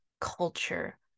culture